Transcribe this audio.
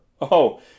Oh